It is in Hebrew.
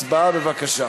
הצבעה, בבקשה.